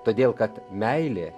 todėl kad meilė